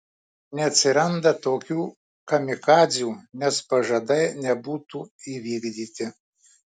neatsiranda tokių kamikadzių nes pažadai nebūtų įvykdyti